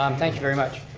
um thank you very much.